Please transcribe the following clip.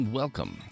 welcome